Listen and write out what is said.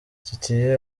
titie